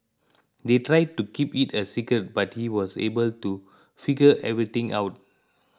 they tried to keep it a secret but he was able to figure everything out